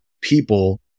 people